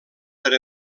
per